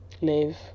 live